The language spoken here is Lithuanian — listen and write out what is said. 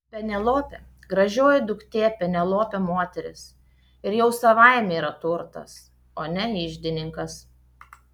penelopė gražioji duktė penelopė moteris ir jau savaime yra turtas o ne iždininkas